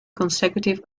consecutive